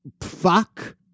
fuck